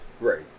Right